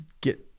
get